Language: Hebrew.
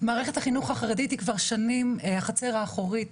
מערכת החינוך החרדית היא כבר שנים החצר האחורית